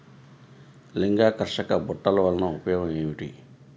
లింగాకర్షక బుట్టలు వలన ఉపయోగం ఏమిటి?